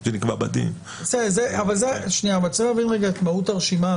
צריך להבין את מהות הרשימה.